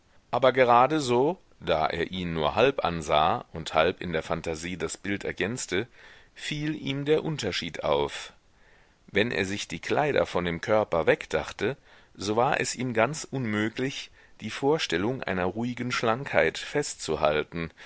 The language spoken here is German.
aber gerade so da er ihn nur halb ansah und halb in der phantasie das bild ergänzte fiel ihm der unterschied auf wenn er sich die kleider von dem körper wegdachte so war es ihm ganz unmöglich die vorstellung einer ruhigen schlankheit festzuhalten